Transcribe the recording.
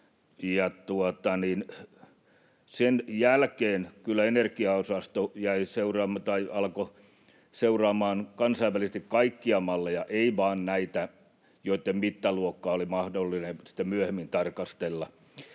Sen jälkeen kyllä energiaosasto alkoi seuraamaan kansainvälisesti kaikkia malleja, ei vain näitä, joitten mittaluokkaa oli mahdollista sitten myöhemmin tarkastella.